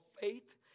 faith